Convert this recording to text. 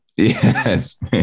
yes